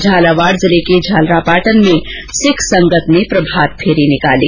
झालावाड़ जिले के झालरापाटन में आज सिख संगत ने प्रभारी फेरी निकाली